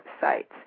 sites